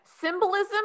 symbolism